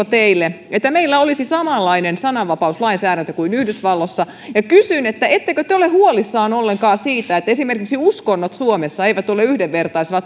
teille että meillä olisi samanlainen sananvapauslainsäädäntö kuin yhdysvalloissa ja kysyn ettekö te ole huolissanne ollenkaan siitä että esimerkiksi uskonnot suomessa eivät ole yhdenvertaisella